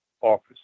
office